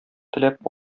теләп